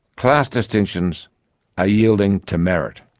class distinctions are yielding to merit.